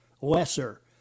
lesser